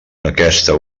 aquesta